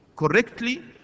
Correctly